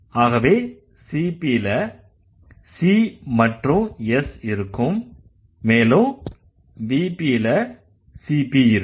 ஆகவே CP ல C மற்றும் S இருக்கும் மேலும் VP ல CP இருக்கும்